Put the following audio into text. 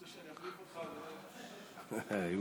רוצה שאחליף אותך, אדוני?